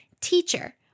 Teacher